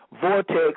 Vortex